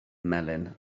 melin